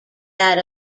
that